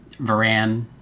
Varan